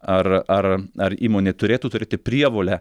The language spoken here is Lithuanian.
ar ar ar įmonė turėtų turėti prievolę